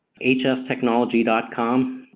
Hstechnology.com